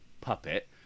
puppet